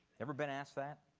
ever been asked that?